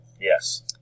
Yes